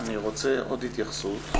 אני רוצה עוד התייחסות.